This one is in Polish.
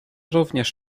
również